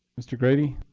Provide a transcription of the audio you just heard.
mr. grady.